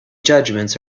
judgements